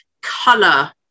color